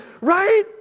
right